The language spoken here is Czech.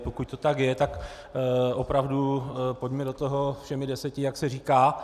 Pokud to tak je, tak opravdu pojďme do toho všemi deseti, jak se říká.